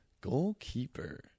Goalkeeper